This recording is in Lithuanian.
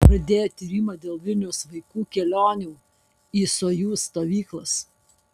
pradėjo tyrimą dėl vilniaus vaikų kelionių į sojuz stovyklas